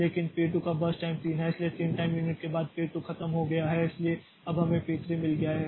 लेकिन पी 2 का burst time 3 है इसलिए 3 टाइम यूनिट के बाद पी 2 खत्म हो गया है इसलिए अब हमें पी 3 मिल गया है